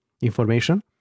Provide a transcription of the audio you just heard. information